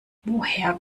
woher